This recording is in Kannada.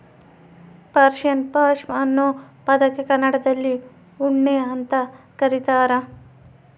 ಪರ್ಷಿಯನ್ ಪಾಷ್ಮಾ ಅನ್ನೋ ಪದಕ್ಕೆ ಕನ್ನಡದಲ್ಲಿ ಉಣ್ಣೆ ಅಂತ ಕರೀತಾರ